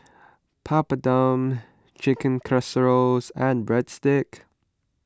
Papadum Chicken Casseroles and Breadsticks